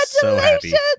Congratulations